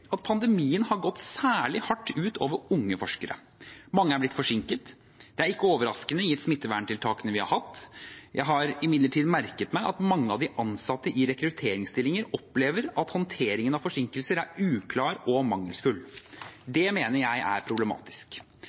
at pandemien har gått særlig hardt ut over unge forskere. Mange er blitt forsinket. Det er ikke overraskende gitt smitteverntiltakene vi har hatt. Jeg har imidlertid merket meg at mange av de ansatte i rekrutteringsstillinger opplever at håndteringen av forsinkelser er uklar og mangelfull. Det mener jeg er problematisk.